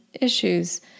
issues